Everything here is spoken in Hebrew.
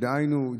דהיינו,